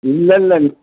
இல்லல்லை